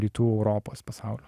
rytų europos pasaulio